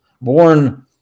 born